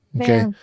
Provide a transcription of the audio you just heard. Okay